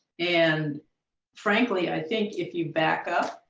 and frankly i think if you back up,